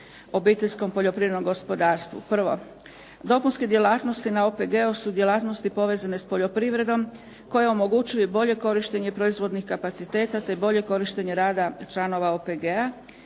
obiteljskom, poljoprivrednom gospodarstvu." Prvo, dopunske djelatnosti na OPG-u su djelatnosti povezane s poljoprivredom koje omogućuju bolje korištenje proizvodnih kapaciteta te bolje korištenje rada članova OPG-a.